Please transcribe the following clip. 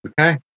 Okay